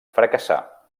fracassà